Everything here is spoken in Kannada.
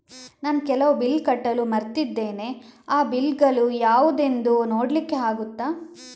ನಾನು ಕೆಲವು ಬಿಲ್ ಕಟ್ಟಲು ಮರ್ತಿದ್ದೇನೆ, ಆ ಬಿಲ್ಲುಗಳು ಯಾವುದೆಂದು ನೋಡ್ಲಿಕ್ಕೆ ಆಗುತ್ತಾ?